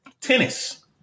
tennis